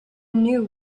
knew